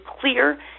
clear